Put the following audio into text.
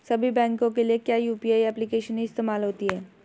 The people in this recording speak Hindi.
सभी बैंकों के लिए क्या यू.पी.आई एप्लिकेशन ही इस्तेमाल होती है?